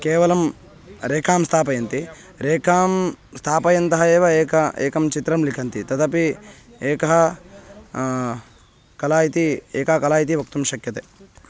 केवलं रेखां स्थापयन्ति रेखां स्थापयन्तः एव एकम् एकं चित्रं लिखन्ति तदपि एका कला इति एका कला इति वक्तुं शक्यते